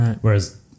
Whereas